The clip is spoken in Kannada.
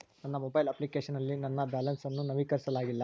ನನ್ನ ಮೊಬೈಲ್ ಅಪ್ಲಿಕೇಶನ್ ನಲ್ಲಿ ನನ್ನ ಬ್ಯಾಲೆನ್ಸ್ ಅನ್ನು ನವೀಕರಿಸಲಾಗಿಲ್ಲ